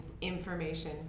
information